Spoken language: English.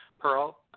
Pearl